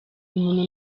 umuntu